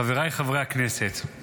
חבריי חברי הכנסת,